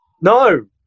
No